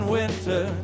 winter